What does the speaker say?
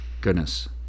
goodness